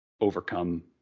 Overcome